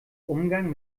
umgang